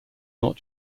not